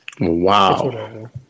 Wow